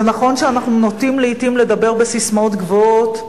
זה נכון שאנחנו נוטים לעתים לדבר בססמאות גבוהות,